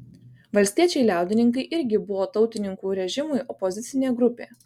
valstiečiai liaudininkai irgi buvo tautininkų režimui opozicinė grupė